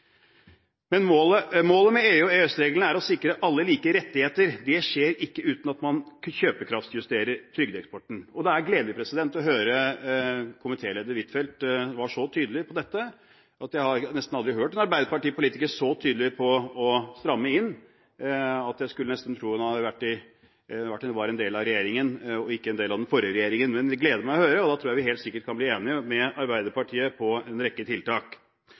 Målet med EU og EØS-reglene er å sikre alle like rettigheter. Det skjer ikke uten at man kjøpekraftjusterer trygdeeksporten. Det var gledelig å høre at komitéleder Huitfeldt var tydelig på – jeg har nesten aldri hørt en arbeiderpartipolitiker være så tydelig – å ville stramme inn. En skulle nesten tro hun var en del av denne regjeringen, og ikke en del av den forrige regjeringen. Det gleder meg å høre, og jeg tror vi helt sikkert kan bli enig med Arbeiderpartiet om en rekke tiltak.